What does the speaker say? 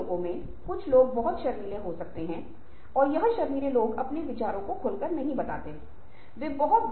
इसलिए यदि आप ऐसा कर रहे हैं तो हमारा संचार व्यवहार हमेशा उसी के आसपास रहेगा